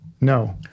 no